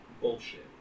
bullshit